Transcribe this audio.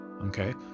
Okay